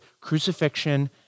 crucifixion